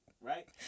right